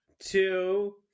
two